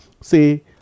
say